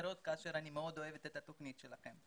האחרות ואני מאוד אוהבת את התוכנית שלכם.